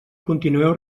continueu